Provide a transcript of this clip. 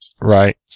Right